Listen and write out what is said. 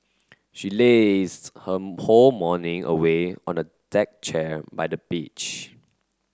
she lazed her whole morning away on a deck chair by the beach